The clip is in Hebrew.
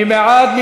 מי בעד?